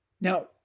Now